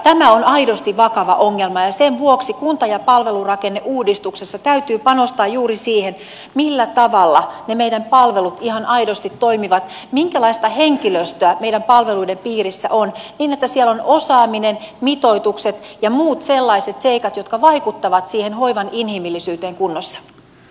tämä on aidosti vakava ongelma ja sen vuoksi kunta ja palvelurakenneuudistuksessa täytyy panostaa juuri siihen millä tavalla ne meidän palvelumme ihan aidosti toimivat ja minkälaista henkilöstöä meidän palveluidemme piirissä on niin että osaaminen mitoitukset ja muut sellaiset seikat jotka vaikuttavat siihen hoivan inhimillisyyteen ovat kunnossa